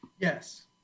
Yes